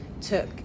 took